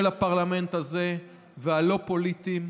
של הפרלמנט הזה, והלא-פוליטיים,